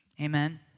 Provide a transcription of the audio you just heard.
amen